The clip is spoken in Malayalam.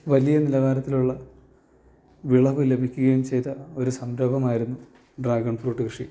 വലിയ നിലവാരത്തിലുള്ള വിളവ് ലഭിക്കുകയും ചെയ്ത ഒരു സംരംഭമായിരുന്നു ഡ്രാഗൺ ഫ്രൂട്ട് കൃഷി